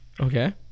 Okay